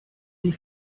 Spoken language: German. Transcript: die